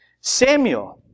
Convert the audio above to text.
samuel